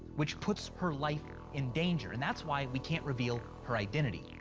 which puts her life in danger, and that's why we can't reveal her identity.